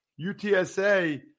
UTSA